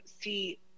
see